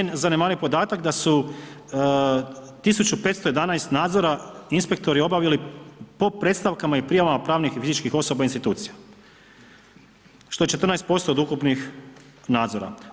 Nije zanemariv podatak da su 1.511 nadzora inspektori obavili po predstavkama i prijavama pravnih i fizičkih osoba institucija, što je 14% od ukupnih nadzora.